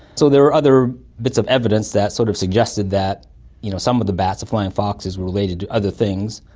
so there are other bits of evidence that sort of suggested that you know some of the bats, the flying foxes, were related to other things,